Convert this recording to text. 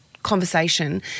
conversation